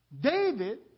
David